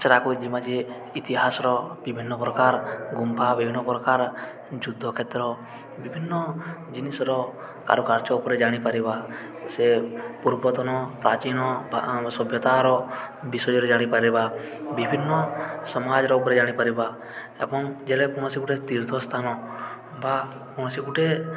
ସେରାକୁ ଯିମା ଯେ ଇତିହାସର ବିଭିନ୍ନ ପ୍ରକାର ଗୁମ୍ଫା ବିଭିନ୍ନ ପ୍ରକାର ଯୁଦ୍ଧ କ୍ଷେତ୍ର ବିଭିନ୍ନ ଜିନିଷର କାରୁକାର୍ଯ୍ୟ ଉପରେ ଜାଣିପାରିବା ସେ ପୂର୍ବତନ ପ୍ରାଚୀନ ବା ସଭ୍ୟତାର ବିଷୟରେ ଜାଣିପାରିବା ବିଭିନ୍ନ ସମାଜର ଉପରେ ଜାଣିପାରିବା ଏବଂ ଯେଲେ କୌଣସି ଗୋଟେ ତୀର୍ଥ ସ୍ଥାନ ବା କୌଣସି ଗୁଟେ